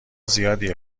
زیادی